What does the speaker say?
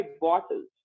bottles